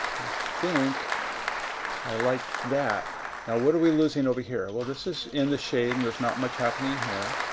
i think i like that what are we losing over here? well, this is in the shade and there's not much happening here.